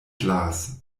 glas